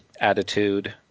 attitude